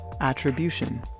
Attribution